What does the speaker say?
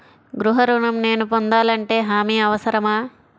గృహ ఋణం నేను పొందాలంటే హామీ అవసరమా?